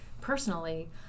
Personally